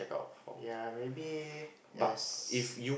ya maybe as